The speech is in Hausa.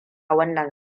wannan